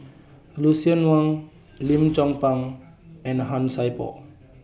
Lucien Wang Lim Chong Pang and Han Sai Por